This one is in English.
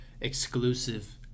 exclusive